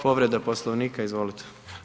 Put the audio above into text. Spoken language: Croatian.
Povreda Poslovnika, izvolite.